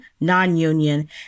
non-union